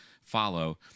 follow